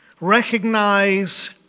recognize